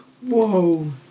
Whoa